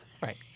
Right